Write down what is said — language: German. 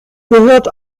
gehört